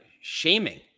shaming